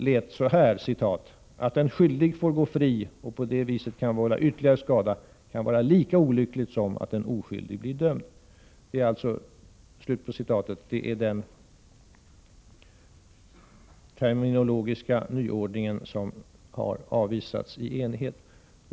Den lyder: ”Att en skyldig får gå fri och på det viset kan vålla ytterligare skada kan vara lika olyckligt som att en oskyldig blir dömd.” Det är denna terminologiska nyordning som i enighet har avvisats.